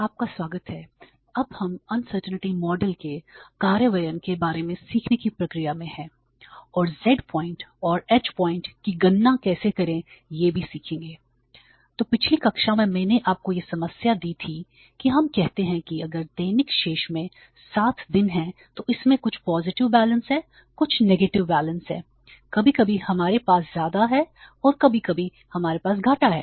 आपका स्वागत है अब हम अनसर्टेंटी मॉडल हैं कभी कभी हमारे पास ज्यादा है और कभी हमारे पास घटा है